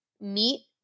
meat